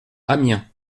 amiens